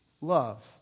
love